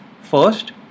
first